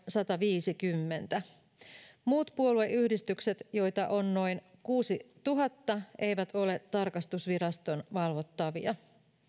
sataviisikymmentä muut puolueyhdistykset joita on noin kuusituhatta eivät ole tarkastusviraston valvottavia